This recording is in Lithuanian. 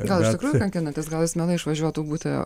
gal iš tikrųjų kankinantis gal jis mielai išvažiuotų būti